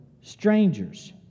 strangers